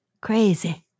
Crazy